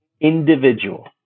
individual